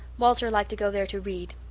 walter liked to go there to read.